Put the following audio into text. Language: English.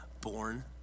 born